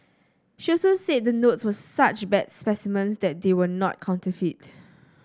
she also said the notes were such bad specimens that they were not counterfeit